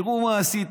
תראו מה עשיתם,